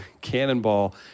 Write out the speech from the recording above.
Cannonball